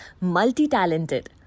multi-talented